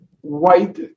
white